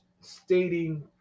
stating